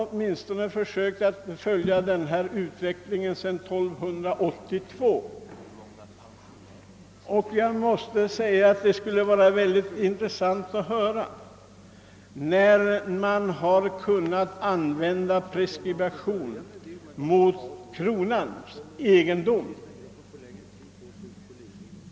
Jag har försökt att följa utvecklingen på detta område sedan 1282, och jag skulle vara mycket intresserad av att höra när preskriptionsbestämmelserna tillämpats beträffande kronans egendom.